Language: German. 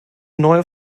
neue